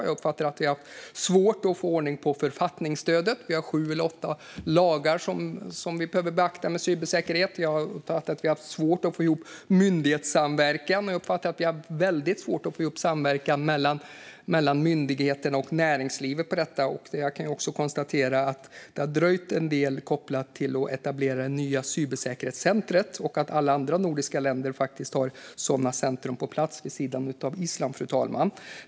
Jag uppfattar att det är svårt att få ordning på författningsstödet. Det finns sju eller åtta lagar som måste beaktas i fråga om cybersäkerhet. Jag uppfattar att det har varit svårt att få ihop myndighetssamverkan, och jag uppfattar att det har varit mycket svårt att få ihop samverkan mellan myndigheterna och näringslivet i detta. Jag kan också konstatera att det har dröjt en del, och det är kopplat till att etablera det nya cybersäkerhetscentret. Alla andra nordiska länder har sådana center på plats, vid sidan av Island, fru talman.